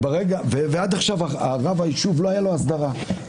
עד עכשיו לרב היישוב לא הייתה הסדרה.